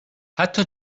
حتی